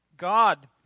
God